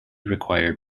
required